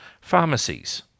Pharmacies